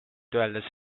öeldes